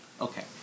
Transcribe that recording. Okay